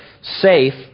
safe